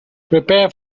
prepare